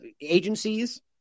agencies